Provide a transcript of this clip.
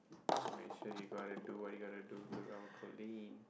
make sure you're gonna do what you're gonna do to our Coleen